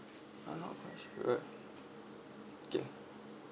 I'm not quite sure okay